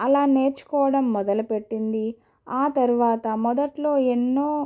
అలా నేర్చుకోవడం మొదలు పెట్టింది ఆ తరువాత మొదటలో ఎన్నో